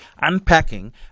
unpacking